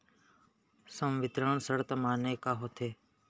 संवितरण शर्त माने का होथे?